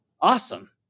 Awesome